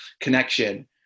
connection